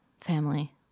family